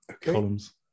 Columns